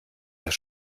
das